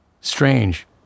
Strange